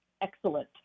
excellent